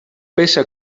peça